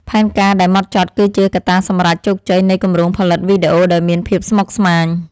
ផែនការដែលហ្មត់ចត់គឺជាកត្តាសម្រេចជោគជ័យនៃគម្រោងផលិតវីដេអូដែលមានភាពស្មុគស្មាញ។